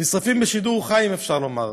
נשרפים בשידור חי, אם אפשר לומר.